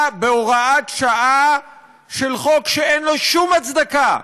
בהוראת שעה של חוק שאין לו שום הצדקה.